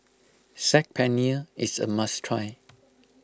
Saag Paneer is a must try